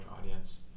audience